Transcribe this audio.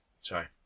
sorry